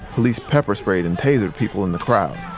police pepper-sprayed and tasered people in the crowd.